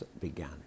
began